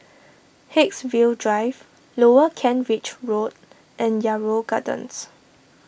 Haigsville Drive Lower Kent Ridge Road and Yarrow Gardens